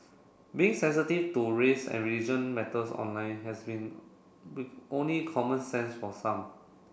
being sensitive to race and religion matters online has been only common sense for some